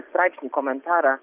straipsnį komentarą